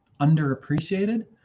underappreciated